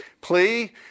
plea